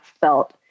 felt